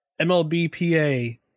MLBPA